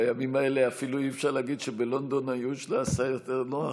בימים האלה אפילו אי-אפשר להגיד שבלונדון הייאוש נעשה יותר נוח,